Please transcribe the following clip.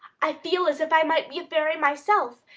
i feel as if i might be a fairy myself,